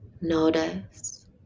Notice